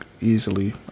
easily